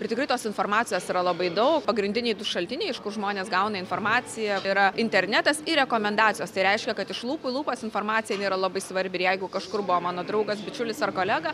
ir tikrai tos informacijos yra labai daug pagrindiniai du šaltiniai iš kur žmonės gauna informaciją yra internetas ir rekomendacijos tai reiškia kad iš lūpų į lūpas informacija jinai yra labai svarbi ir jeigu kažkur buvo mano draugas bičiulis ar kolega